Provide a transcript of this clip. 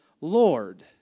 Lord